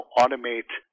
automate